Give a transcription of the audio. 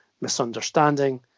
misunderstanding